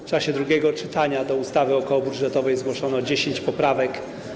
W czasie drugiego czytania do ustawy okołobudżetowej zgłoszono 10 poprawek.